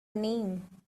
name